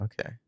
okay